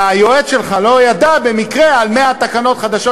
והיועץ שלך לא ידע במקרה על 100 תקנות חדשות